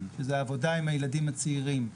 זו העבודה עם הילדים הצעירים.